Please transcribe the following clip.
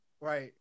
Right